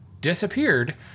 disappeared